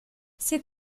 ses